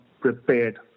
prepared